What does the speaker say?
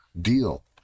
deal